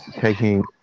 Taking